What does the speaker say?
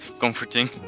comforting